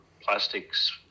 plastics